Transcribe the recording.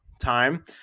time